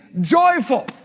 joyful